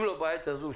אם לא בעת הזו,